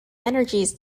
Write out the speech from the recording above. energies